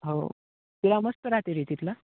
हो तिला मस्त राहते रे तिथलं